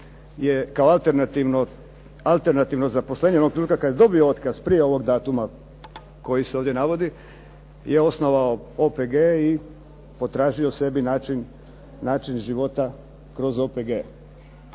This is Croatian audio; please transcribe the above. je kao alternativno zaposlenje onog trenutka kad je dobio otkaz prije ovog datuma koji se ovdje navodi je osnovao OPG i potražio sebi način života kroz OPG.